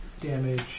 damage